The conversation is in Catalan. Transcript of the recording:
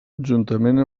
juntament